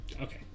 Okay